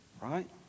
Right